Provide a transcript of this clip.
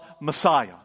Messiah